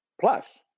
Plus